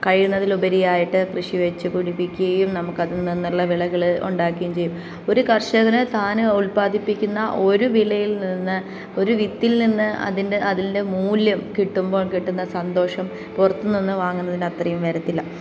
കഴിയുന്നതിൽ ഉപരിയായിട്ട് കൃഷി വെച്ച് പിടിപ്പിക്കുകയും നമുക്കതിൽ നിന്നുള്ള വിളകൾ ഉണ്ടാക്കുകയും ചെയ്യും ഒരു കർഷകനെ സാധനം ഉൽപാദിപ്പിക്കുന്ന ഒരു വിലയിൽ നിന്ന് ഒരു വിത്തിൽ നിന്ന് അതിൻ്റെ അതിൻ്റെ മൂല്യം കിട്ടുമ്പോൾ കിട്ടുന്ന സന്തോഷം പുറത്ത് നിന്ന് വാങ്ങുന്നതിന്റെ അത്രയും വരത്തില്ല